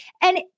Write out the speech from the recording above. And-